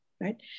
right